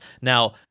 Now